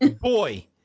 boy